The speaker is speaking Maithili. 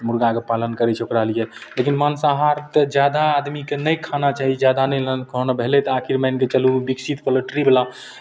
मुरगाके पालन करै छै ओकरा लिए लेकिन मांसाहार तऽ जादा आदमीकेँ नहि खाना चाही जादा नहि ओना आखिर भेलै तऽ मानि कऽ चलू विकसित पोल्ट्रीवला